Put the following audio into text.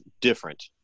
different